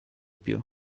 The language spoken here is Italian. più